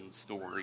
story